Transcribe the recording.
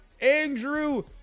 Andrew